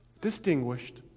distinguished